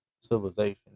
civilization